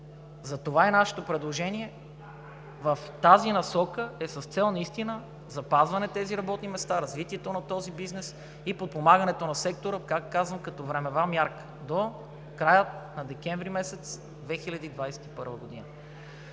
Затова нашето предложение в тази насока е с цел наистина за запазването на тези работни места, развитието на този бизнес и подпомагането на сектора, пак казвам, като времева мярка – до края на месец декември 2021 г.